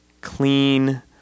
clean